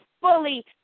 fully